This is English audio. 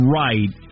right